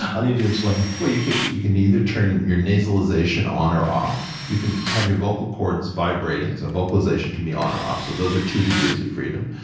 i'll need you to explain. well, you can you can either turn your nasalization on or off. you can have your vocal cords vibrating. so vocalization can be on or off. so those are two degrees of freedom.